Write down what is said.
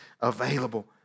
available